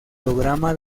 programa